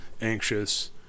anxious